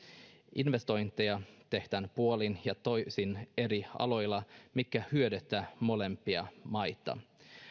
investointeja tehdään puolin ja toisin eri aloilla mikä hyödyttää molempia maita